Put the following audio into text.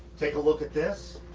take a look at this.